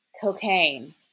cocaine